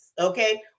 okay